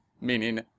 meaning